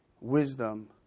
wisdom